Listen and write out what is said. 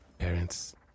parents